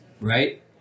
right